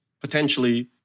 potentially